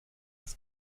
das